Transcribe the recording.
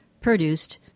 produced